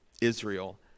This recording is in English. Israel